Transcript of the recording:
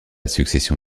succession